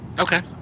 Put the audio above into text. okay